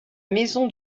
maison